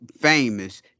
famous